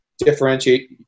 Differentiate